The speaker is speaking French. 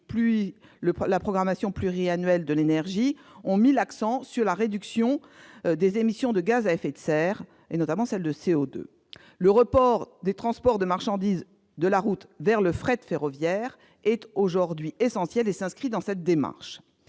la programmation pluriannuelle de l'énergie, ont mis l'accent sur la réduction des émissions de gaz à effet de serre, notamment celles de CO2. Le report du transport de marchandises de la route vers le fret ferroviaire est aujourd'hui essentiel ; il s'inscrit dans cette démarche.